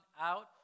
out